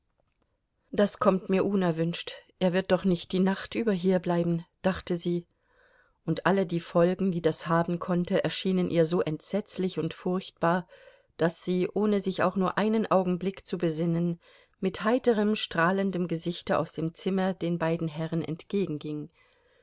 das kommt mir unerwünscht er wird doch nicht die nacht über hierbleiben dachte sie und alle die folgen die das haben konnte erschienen ihr so entsetzlich und furchtbar daß sie ohne sich auch nur einen augenblick zu besinnen mit heiterem strahlendem gesichte aus dem zimmer den beiden herren